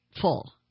full